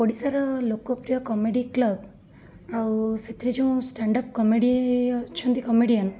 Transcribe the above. ଓଡ଼ିଶାର ଲୋକପ୍ରିୟ comedy club ଆଉ ସେଥିରେ ଯେଉଁ ଷ୍ଟାଣ୍ଡ ଅପ୍ କମେଡ଼ି ଅଛନ୍ତି କମେଡ଼ିଆନ